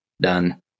done